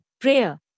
prayer